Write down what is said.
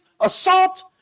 assault